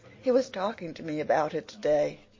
he was talking to me about it today.